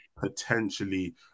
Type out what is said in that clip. potentially